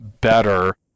better